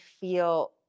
feel